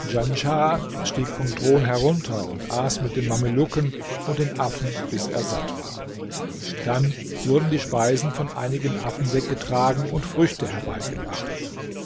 stieg vom thron herunter und aß mit den mamelucken und den affen bis er satt war dann wurden die speisen von einigen affen weggetragen und früchte herbeigebracht